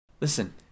Listen